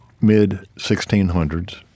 mid-1600s